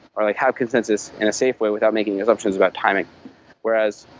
or like have consensus in a safe way without making assumptions about timing whereas,